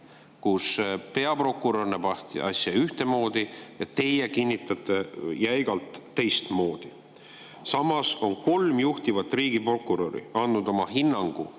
et peaprokurör näeb asja ühtemoodi ja teie kinnitate jäigalt teistmoodi. Samas on kolm juhtivat riigiprokuröri andnud oma hinnangu